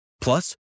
Plus